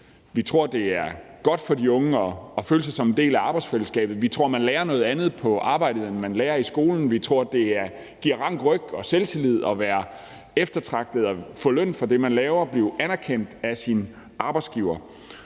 vi tror, at det er godt for de unge at føle sig som en del af arbejdsfællesskabet. Vi tror, at man lærer noget andet på arbejdet, end man lærer i skolen. Vi tror, at det giver rank ryg og selvtillid at være eftertragtet og få løn for det, man laver, og blive anerkendt af sin arbejdsgiver.